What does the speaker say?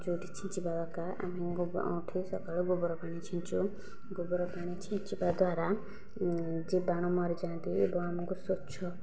ଯେଉଁଠି ଛିଞ୍ଚିବା ଦରକାର ଆମେ ଗୋ ଉଠି ସକାଳୁ ଗୋବର ପାଣି ଛିଞ୍ଚୁ ଗୋବର ପାଣି ଛିଞ୍ଚିବା ଦ୍ଵାରା ଜୀବାଣୁ ମରିଯାନ୍ତି ଏବଂ ଆମକୁ ସ୍ଵଚ୍ଛ